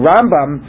Rambam